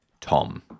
Tom